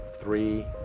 three